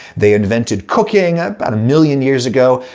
they invented cooking about a million years ago,